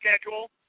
schedule